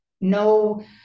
no